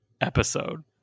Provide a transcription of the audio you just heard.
episode